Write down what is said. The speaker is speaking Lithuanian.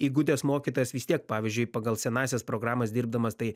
įgudęs mokytojas vis tiek pavyzdžiui pagal senąsias programas dirbdamas tai